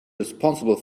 responsible